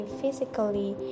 physically